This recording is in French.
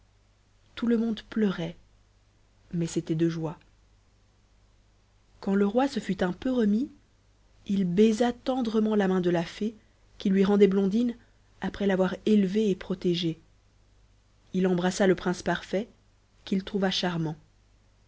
tout le monde pleurait mais c'était de joie quand le roi se fut un peu remis il baisa tendrement la main de la fée qui lui rendait blondine après l'avoir élevée et protégée il embrassa le prince parfait qu'il trouva charmant